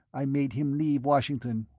i made him leave washington,